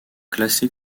classé